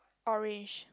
orange